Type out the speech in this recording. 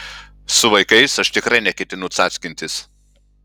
su vaikais aš tikrai neketinu cackintis